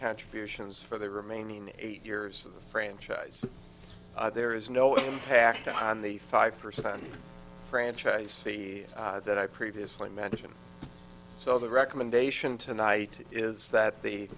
contributions for the remaining eight years of the franchise there is no impact on the five percent franchise fee that i previously mentioned so the recommendation tonight is that the